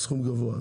סכום גבוה.